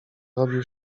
robił